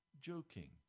joking